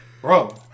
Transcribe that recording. Bro